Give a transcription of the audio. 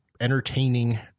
entertaining